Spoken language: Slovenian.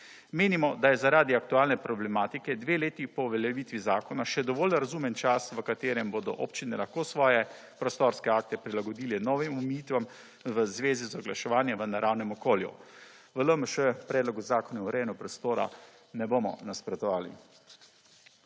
Menimo, da je zaradi aktualne problematike dve leti po uveljavitvi zakona še dovolj razumen čas v katerem bodo občine lahko svoje prostorske akte prilagodili novim omejitvam v zvezi z oglaševanjem v naravnem okolju. V LMŠ Predlogu zakona o urejanju prostora ne bomo nasprotovali.